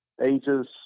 ages